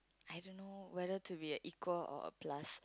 I don't know whether to be a equal or a plus